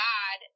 God